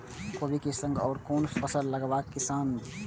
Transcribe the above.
कोबी कै संग और कुन फसल लगावे किसान?